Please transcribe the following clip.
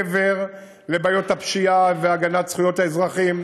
מעבר לבעיות הפשיעה והגנת זכויות האזרחים